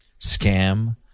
scam